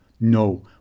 No